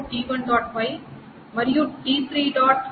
Y మరియు t3